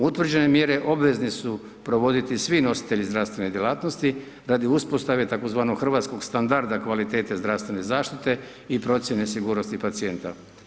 Utvrđene mjere obvezne su provoditi svi nositelji zdravstvene djelatnosti radi uspostave tzv. hrvatskog standarda kvalitete zdravstvene zaštite i procjene sigurnosti pacijenta.